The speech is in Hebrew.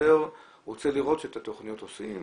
הוא יותר רוצה לראות שאת התוכניות עושים,